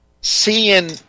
seeing